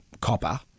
copper